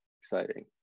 exciting